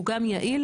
הוא גם יעיל,